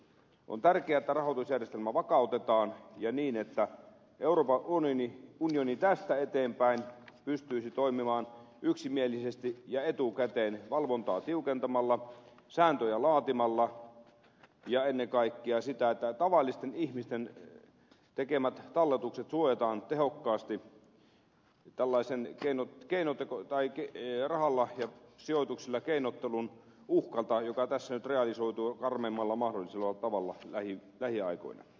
on tärkeää että rahoitusjärjestelmä vakautetaan niin että euroopan unioni tästä eteenpäin pystyisi toimimaan yksimielisesti ja etukäteen valvontaa tiukentamalla sääntöjä laatimalla ja ennen kaikkea niin että tavallisten ihmisten tekemät talletukset suojataan tehokkaasti tällaisen rahalla ja sijoituksilla keinottelun uhkalta joka tässä nyt realisoituu karmeimmalla mahdollisella tavalla lähiaikoina